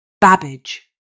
Babbage